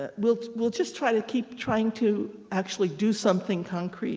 ah we'll we'll just try to keep trying to actually do something concrete